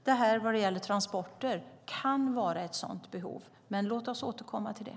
Detta med transporter kan vara ett sådant behov, men låt oss återkomma till det.